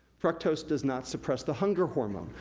fructose does not suppress the hunger hormone.